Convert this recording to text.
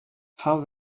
how